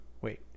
wait